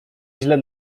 źle